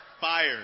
fired